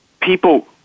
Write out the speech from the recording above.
people